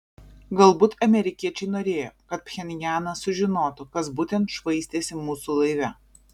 galbūt amerikiečiai norėjo kad pchenjanas sužinotų kas būtent švaistėsi mūsų laive